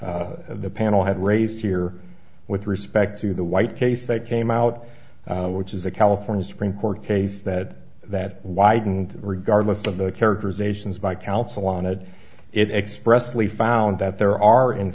the panel had raised here with respect to the white case that came out which is the california supreme court case that that widened regardless of the characterizations by counsel on it it expressly found that there are in